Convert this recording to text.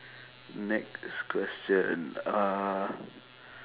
next question uh